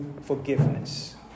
forgiveness